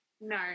No